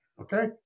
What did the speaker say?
Okay